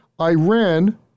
Iran